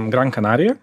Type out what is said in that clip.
gran kanarija